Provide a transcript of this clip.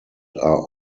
are